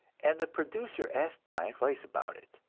and the producer asked my advice about it.